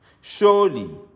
surely